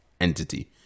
entity